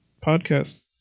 podcast